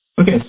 Okay